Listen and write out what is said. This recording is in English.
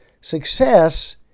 Success